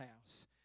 house